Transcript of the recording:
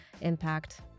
impact